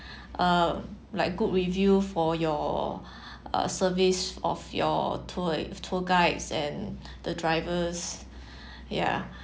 uh like good review for your uh service of your tour guides and the drivers ya